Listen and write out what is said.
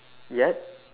yat